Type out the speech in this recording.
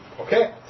Okay